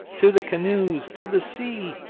to the canoes to the sea!